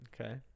Okay